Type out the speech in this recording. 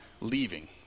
leaving